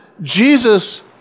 Jesus